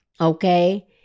okay